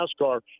NASCAR